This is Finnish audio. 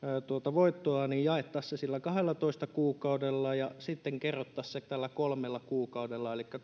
voittoa niin jaettaisiin se kahdellatoista kuukaudella ja sitten kerrottaisiin tällä kolmella kuukaudella elikkä